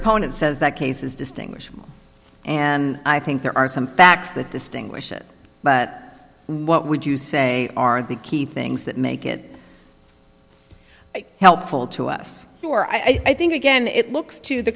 opponent says that case is distinguished and i think there are some facts that distinguish it but what would you say are the key things that make it it's helpful to us i think again it looks to the